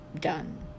done